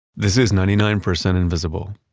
this is ninety nine percent invisible.